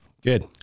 Good